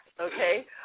Okay